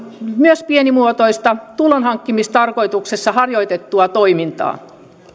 myös pienimuotoista tulonhankkimistarkoituksessa harjoitettua toimintaa